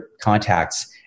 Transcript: contacts